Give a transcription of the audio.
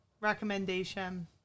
recommendation